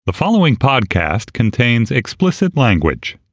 the following podcast contains explicit language